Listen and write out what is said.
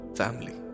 family